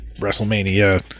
wrestlemania